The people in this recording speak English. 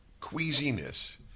queasiness